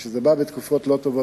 רק שזה בא בתקופות לא טובות,